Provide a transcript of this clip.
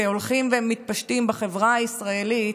שהולכים ומתפשטים בחברה הישראלית,